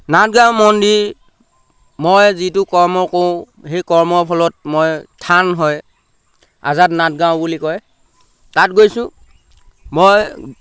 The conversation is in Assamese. নাথ গাঁও মন্দিৰ মই যিটো কৰ্ম কৰোঁ সেই কৰ্মৰ ফলত মই থান হয় আজাদ নাথ গাওঁ বুলি কয় তাত গৈছোঁ মই